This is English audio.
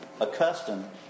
accustomed